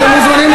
מה אתה רוצה?